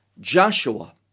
joshua